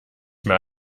mehr